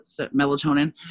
melatonin